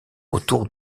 autour